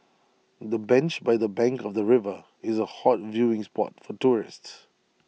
the bench by the bank of the river is A hot viewing spot for tourists